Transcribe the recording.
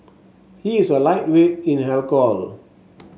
he is a lightweight in alcohol